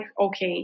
Okay